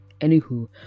anywho